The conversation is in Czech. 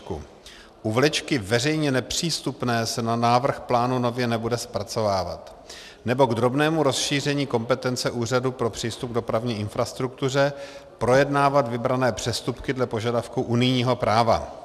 U vlečky veřejně nepřístupné se návrh plánu nově nebude zpracovávat, nebo k drobnému rozšíření kompetence Úřadu pro přístup k dopravní infrastruktuře projednávat vybrané přestupky dle požadavků unijního práva.